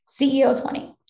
CEO20